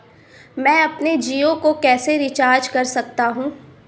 मैं अपने जियो को कैसे रिचार्ज कर सकता हूँ?